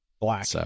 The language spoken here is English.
Black